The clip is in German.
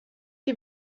die